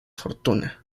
fortuna